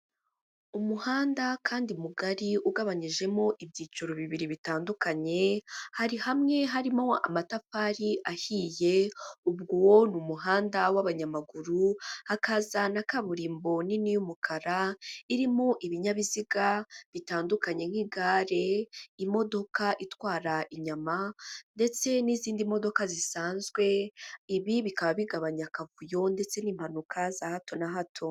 Umuhanda kandi mugari ugabanyijemo ibyiciro bibiri bitandukanye, hari hamwe harimo amatafari ahiye ubwo uwo ni umuhanda w'abanyamaguru, hakaza na kaburimbo nini y'umukara irimo ibinyabiziga bitandukanye nk'igare, imodoka itwara inyama ndetse n'izindi modoka zisanzwe, ibi bikaba bigabanya akavuyo ndetse n'impanuka za hato na hato.